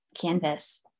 canvas